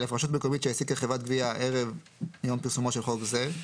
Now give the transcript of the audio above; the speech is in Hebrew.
(א) רשות מקומית שהעסיקה חברת גבייה ערב יום פרסומו של חוק זה,